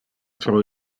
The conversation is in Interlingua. pro